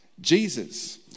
Jesus